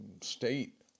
state